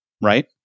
Right